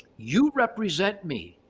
you represent me.